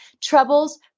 Troubles